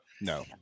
No